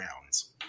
rounds